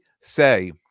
say